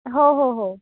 हो हो हो